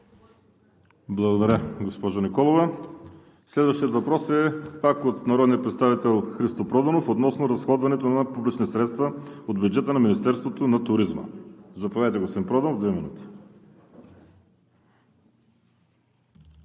Благодаря, госпожо Николова. Следващият въпрос пак е от народния представител Христо Проданов относно разходването на публични средства от бюджета на Министерството на туризма. Заповядайте, господин Проданов – 2 минути.